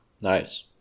Nice